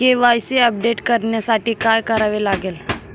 KYC update करण्यासाठी काय करावे लागेल?